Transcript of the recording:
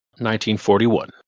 1941